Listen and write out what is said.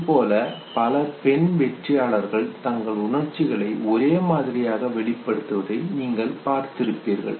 இதுபோல பல பெண் வெற்றியாளர்கள் தங்கள் உணர்ச்சிகளை ஒரே மாதிரியாக வெளிப்படுத்துவதை நீங்கள் பார்த்திருப்பீர்கள்